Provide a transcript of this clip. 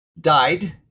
died